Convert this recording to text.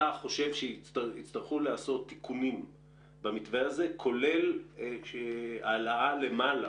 אתה חושב שיצטרכו לעשות תיקונים במתווה הזה כולל העלאה למעלה